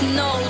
no